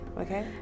Okay